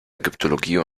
ägyptologie